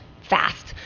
fast